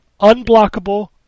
Unblockable